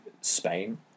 Spain